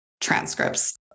transcripts